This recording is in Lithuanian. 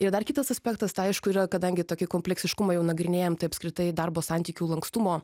ir dar kitas aspektas tai aišku yra kadangi tokį kompleksiškumą jau nagrinėjam tai apskritai darbo santykių lankstumo